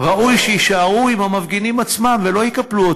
ראוי שיישארו עם המפגינים עצמם ולא יקפלו את